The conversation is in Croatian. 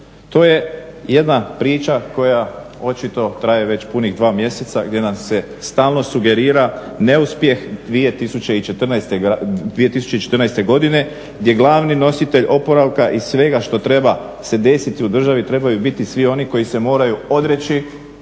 To je jedna priča koja očito traje već punih 2 mjeseca gdje nam se stalno sugerira neuspjeh 2014. godine gdje glavni nositelj oporavka i svega što treba se desiti u državi trebaju biti svi oni koji se moraju odreći